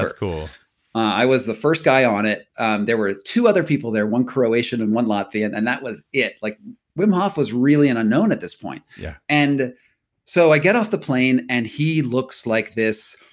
ah i was the first guy on it. um there were two other people there, one croatian and one latvian and that was it. like wim hof was really unknown at this point yeah and so i get off the plane and he looks like this,